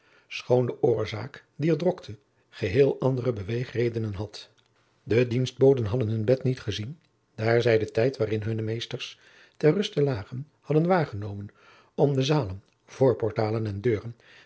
de oorzaak dier drokte geheel andere beweegredenen had de dienstboden hadden hun bed niet gezien daar zij den tijd waarin hunne meesters ter rust lagen hadden waargenomen om de zalen voorportalen en deuren